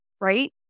right